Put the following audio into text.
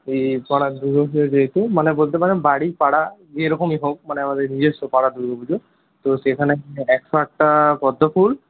এই পাড়ার দুর্গাপুজোয় যেহেতু মানে বলতে পারেন বাড়ি পাড়া এরকমই হোক মানে আমাদের নিজস্ব পাড়ার দুর্গাপুজো তো সেখানে একশো আটটা পদ্মফুল